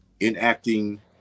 enacting